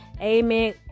Amen